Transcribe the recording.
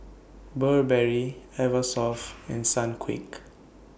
Burberry Eversoft and Sunquick